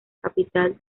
capital